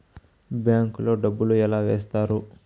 bank లో డబ్బులు ఎలా వేస్తారు